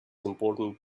important